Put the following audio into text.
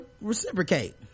reciprocate